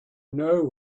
know